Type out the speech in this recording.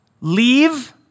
leave